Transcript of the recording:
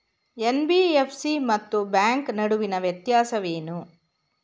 NBFC ಮತ್ತು bank ನಡುವಿನ ವ್ಯತ್ಯಾಸವೇನು?